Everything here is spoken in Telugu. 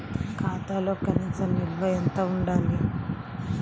ఖాతాలో కనీస నిల్వ ఎంత ఉండాలి?